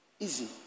easy